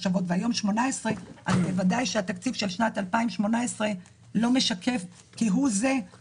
אני אפנה כרגע להצעת התקציב עצמה ואנסה להציג לכם אותה באופן כללי.